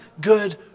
good